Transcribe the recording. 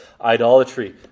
idolatry